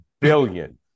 billion